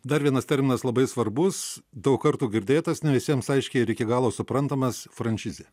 dar vienas terminas labai svarbus daug kartų girdėtas ne visiems aiškiai ir iki galo suprantamas franšizė